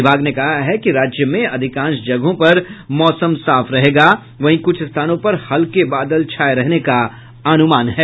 विभाग ने कहा है कि राज्य में अधिकांश जगहों पर मौसम साफ रहेगा वहीं कुछ स्थानों पर हल्के बादल छाये रहने का अनुमान है